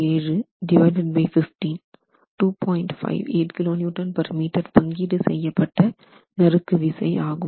58 kNm பங்கீடு செய்யப்பட்ட நறுக்கு விசை ஆகும்